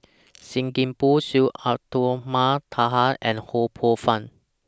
SIM Kee Boon Syed Abdulrahman Taha and Ho Poh Fun